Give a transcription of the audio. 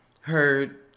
heard